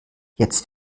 jetzt